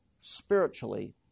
spiritually